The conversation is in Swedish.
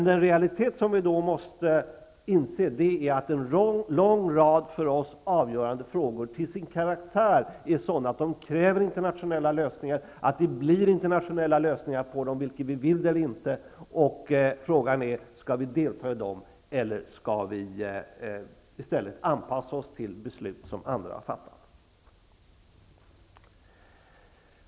Den realitet som vi måste inse är att en lång rad för oss avgörande frågor till sin karaktär är sådana att de kräver internationella lösningar, att det blir internationella lösningar vare sig vi vill det eller inte. Frågan är: Skall vi delta i dem eller skall vi i stället anpassa oss till beslut som andra har fattat?